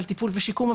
על טיפול ושיקום,